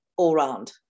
all-round